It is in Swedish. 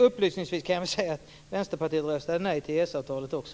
Upplysningsvis kan jag säga att Vänsterpartiet röstade nej till EES-avtalet också.